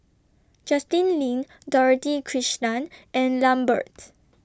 Justin Lean Dorothy Krishnan and Lambert